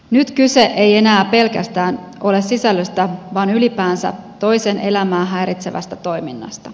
nyt kyse ei enää pelkästään ole sisällöstä vaan ylipäänsä toisen elämää häiritsevästä toiminnasta